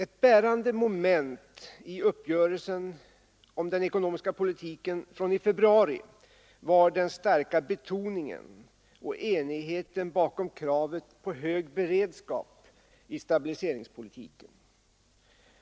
Ett bärande moment i uppgörelsen om den ekonomiska politiken från i februari var den starka betoningen av och enigheten bakom kraven på hög beredskap i stabiliseringspolitiken.